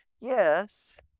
Yes